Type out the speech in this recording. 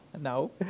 No